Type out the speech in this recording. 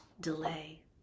delay